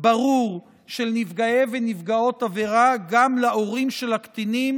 ברור של נפגעות ונפגעי עבירה גם להורים של הקטינים,